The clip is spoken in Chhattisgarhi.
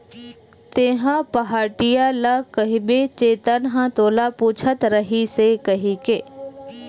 तेंहा पहाटिया ल कहिबे चेतन ह तोला पूछत रहिस हे कहिके